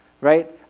right